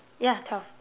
yeah twelve